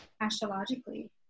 astrologically